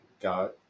got